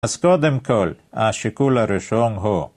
אז קודם כל, השיקול הראשון הוא